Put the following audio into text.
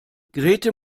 grete